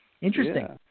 Interesting